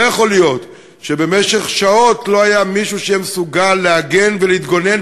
לא יכול להיות שבמשך שעות לא היה מישהו שיהיה מסוגל להגן ולהתגונן,